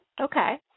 Okay